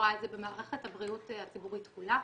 הבריאות הציבורית כולה.